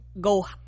go